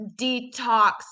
detox